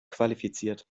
qualifiziert